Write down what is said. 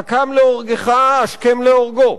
"הקם להורגך השכם להורגו",